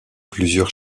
plusieurs